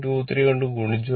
23 കൊണ്ട് ഗുണിച്ചു